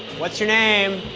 what's your name?